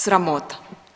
Sramota.